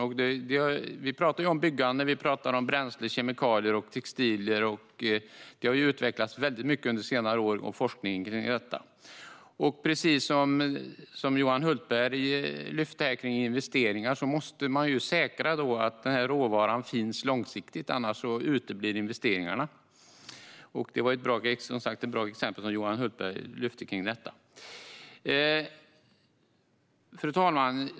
Forskningen kring byggande, bränsle, kemikalier och textilier har utvecklats mycket under senare år. Som Johan Hultberg tog upp måste man säkra att skogsråvaran finns långsiktigt, annars uteblir investeringarna. Det var ett bra exempel som Johan Hultberg tog upp. Fru talman!